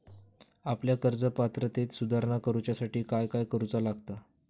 आपल्या कर्ज पात्रतेत सुधारणा करुच्यासाठी काय काय करूचा लागता?